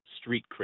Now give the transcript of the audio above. street